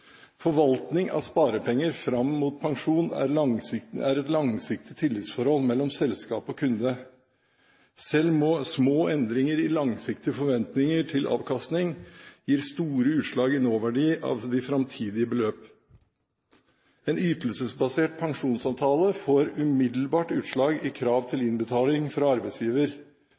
Forvaltning av sparepenger fram mot pensjon er et langsiktig tillitsforhold mellom selskap og kunde. Selv små endringer i langsiktig forventning til avkastning gir store utslag i nåverdi av de framtidige beløp. En ytelsesbasert pensjonsavtale får umiddelbart utslag i krav til innbetaling fra arbeidsgiver,